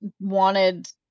wanted